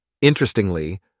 Interestingly